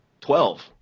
Twelve